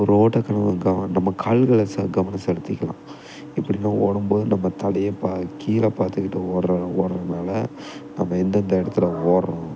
ஒரு ஓட்டம் நம்ம கால்களை கவனம் செலுத்திக்கலாம் இப்படி நம்ப ஓடும் போது நம்ப தலையை பா கீழே பார்த்துக்கிட்டு ஓடுகிற ஓடுகிறனால நம்ம எந்ததெந்த இடத்துல ஓடுகிறோம்